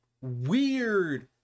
weird